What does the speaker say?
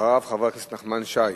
3862, 3868, 3875, 3877,